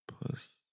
plus